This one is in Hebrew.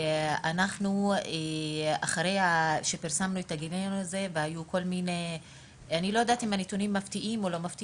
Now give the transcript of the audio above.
אני לא יודעת אם הנתונים שפורסמו בגיליון הזה מפתיעים או שלא,